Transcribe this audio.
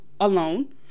Alone